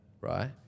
right